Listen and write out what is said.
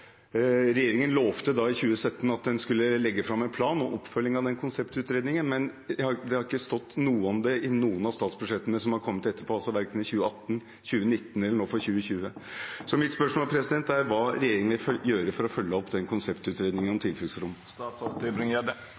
Regjeringen lovte i 2017 at den skulle legge fram en plan om oppfølging av konseptutredningen, men det har ikke stått noe om det i noen av statsbudsjettene som har kommet etterpå, altså verken i 2018, 2019 eller nå for 2020. Så mitt spørsmål er: Hva vil regjeringen gjøre for å følge opp konseptutredningen om tilfluktsrom?